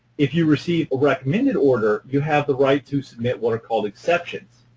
if you receive a recommended order, you have the right to submit what are called exceptions.